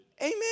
Amen